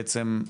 בעצם,